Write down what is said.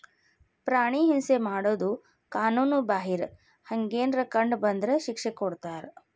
ಪ್ರಾಣಿ ಹಿಂಸೆ ಮಾಡುದು ಕಾನುನು ಬಾಹಿರ, ಹಂಗೆನರ ಕಂಡ ಬಂದ್ರ ಶಿಕ್ಷೆ ಕೊಡ್ತಾರ